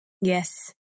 Yes